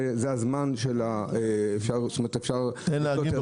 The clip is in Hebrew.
סגן שרת התחבורה והבטיחות בדרכים אורי מקלב: היום